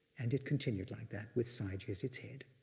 and it continued like that with sayagyi as its head.